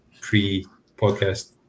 pre-podcast